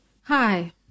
Hi